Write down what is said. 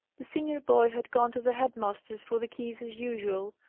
the senior boy had gone to the head-master's for the keys as usual,